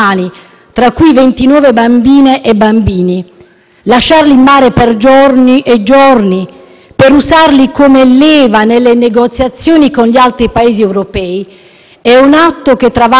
per usarli come leva nelle negoziazioni con gli altri Paesi europei è un atto che travalica ogni ragionamento giuridico, politico e di pura umanità,